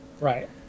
Right